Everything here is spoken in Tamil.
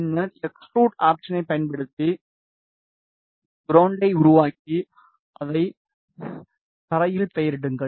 பின்னர் எக்ஸ்ட்ரூட் ஆப்ஷனை பயன்படுத்தி ஃப்ளேனை உருவாக்கி அதை தரையில் பெயரிடுங்கள்